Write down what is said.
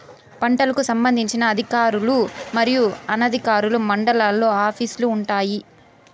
పంటలకు సంబంధించిన అధికారులు మరియు అనధికారులు మండలాల్లో ఆఫీస్ లు వుంటాయి?